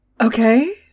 Okay